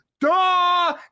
duh